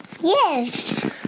Yes